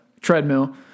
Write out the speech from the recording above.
treadmill